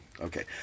okay